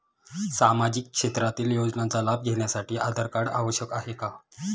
सामाजिक क्षेत्रातील योजनांचा लाभ घेण्यासाठी आधार कार्ड आवश्यक आहे का?